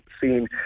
seen